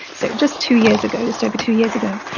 so just two years ago, just over two years ago,